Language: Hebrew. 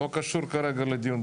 לא קשור כרגע לדיון.